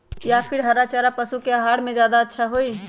या फिर हरा चारा पशु के आहार में ज्यादा अच्छा होई?